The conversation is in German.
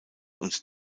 und